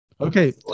okay